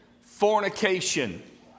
fornication